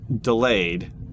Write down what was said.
delayed